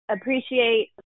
appreciate